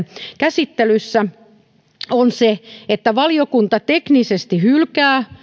käsittelyssä on se että valiokunta teknisesti hylkää